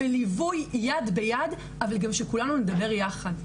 בליווי יד ביד אבל גם שכולנו נדבר יחד,